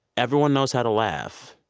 everyone knows how to laugh,